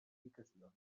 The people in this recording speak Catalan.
notificacions